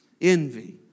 Envy